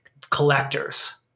collectors